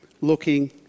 looking